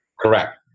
Correct